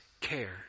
care